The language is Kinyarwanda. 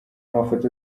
amafoto